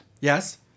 Yes